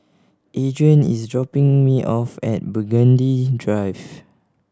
Adrain is dropping me off at Burgundy Drive